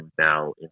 now